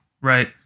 right